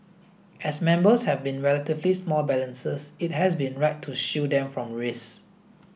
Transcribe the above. as members have been relatively small balances it has been right to shield them from risk